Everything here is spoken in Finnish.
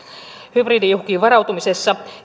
hybridiuhkiin varautumisessa